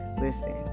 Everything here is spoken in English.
Listen